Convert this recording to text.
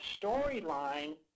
storyline